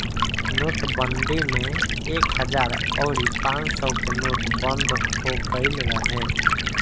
नोटबंदी में एक हजार अउरी पांच सौ के नोट बंद हो गईल रहे